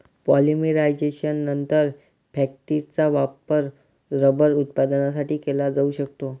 पॉलिमरायझेशननंतर, फॅक्टिसचा वापर रबर उत्पादनासाठी केला जाऊ शकतो